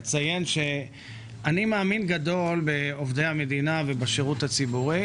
אציין שאני מאמין גדול בעובדי המדינה ובשירות הציבורי